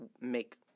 make